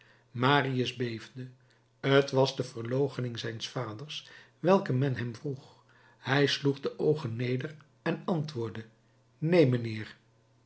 marius beefde t was de verloochening zijns vaders welke men hem vroeg hij sloeg de oogen neder en antwoordde neen mijnheer